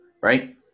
right